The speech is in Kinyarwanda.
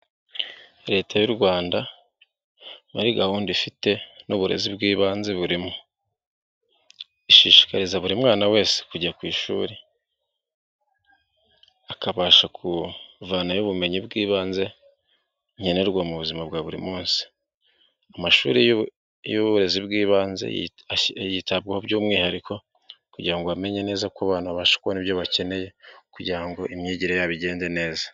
Leta y'u Rwanda muri gahunda i nubu'ibanze burimo. Ishishikariza buri mwana wese kujya ku ishuri, akabasha kuvana ubumenyi bw'ibanze nkenerwa bwa buri munsi. Uburezi bw'ibanze yitaho by'umwihariko kugiran go bamenye ko bakeneye imyigire yabo igende neza.